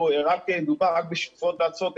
במקרה של שיטפונות והצפות,